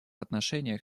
отношениях